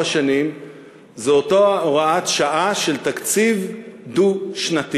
שנים זו אותה הוראת שעה של תקציב דו-שנתי.